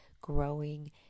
growing